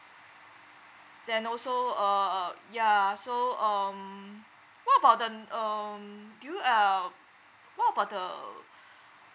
then also uh ya so um what about the n~ um do you um what about the